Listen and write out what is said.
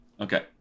Okay